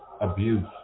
abuse